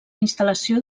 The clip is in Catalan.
instal·lació